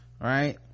Right